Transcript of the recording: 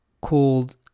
called